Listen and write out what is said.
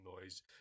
noise